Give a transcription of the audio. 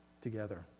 together